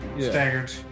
staggered